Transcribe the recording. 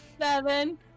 Seven